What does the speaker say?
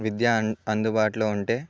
విద్య అందుబాటులో ఉంటే